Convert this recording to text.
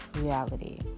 reality